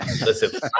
listen